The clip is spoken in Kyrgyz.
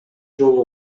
жолу